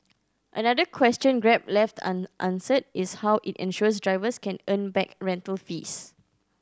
another question Grab left unanswered is how it ensures drivers can earn back rental fees